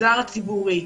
במגזר הציבורי.